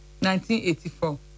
1984